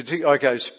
Okay